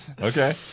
Okay